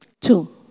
two